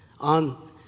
On